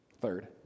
Third